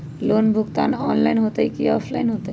Loan भुगतान online होतई कि ऑफलाइन होतई?